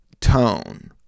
tone